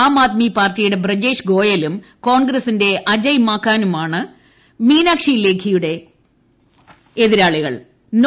ആം ആദ്മി പാർട്ടിയുടെ ബ്രജേഷ് ഗോയലും കോൺഗ്രസിന്റെ അജയ് മാക്കനുമായാണ് മീനാക്ഷി ലേഖിയുടെ പോരാട്ടം